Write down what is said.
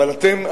אבל אתם,